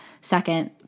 second